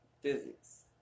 Physics